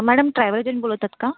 madam travel agent बोलत आहात का